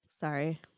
sorry